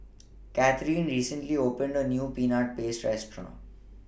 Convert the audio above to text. Catherine recently opened A New Peanut Paste Restaurant